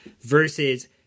versus